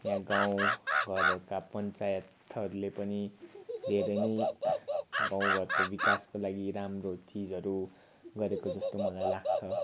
यहाँ गाउँ घरहरूका पञ्चायतहरूले पनि धेरै नै गाउँ घरको विकासको लागि राम्रो चिजहरू गरेको जस्तो मलाई लाग्छ